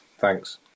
Thanks